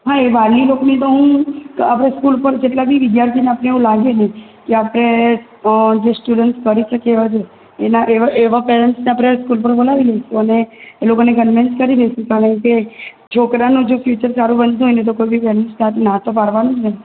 હા એ વાલી લોકોની પણ હું આપણે સ્કૂલ પર જેટલા બી વિદ્યાર્થીને આપણે એવું લાગે છે કે આપણે જે સ્ટુડન્ટ્સ તરીકે કહેવા જોઈએ એના એવા એવા પેરેન્ટ્સને આપણે સ્કૂલ પર બોલાવી લઈશું અને એ લોકોને કનવેન્સ કરી લઈશું કારણ કે છોકરાનું જો ફ્યુચર સારું બનશે ને તો કોઇ બી પેરેન્ટ્સ ના તો પાડવાનું જ નથી